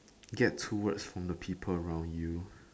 get towards from the people around you